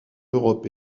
europe